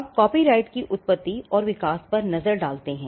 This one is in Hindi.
अब कॉपीराइट की उत्पत्ति और विकास पर नजर डालते हैं